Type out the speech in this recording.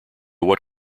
what